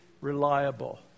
reliable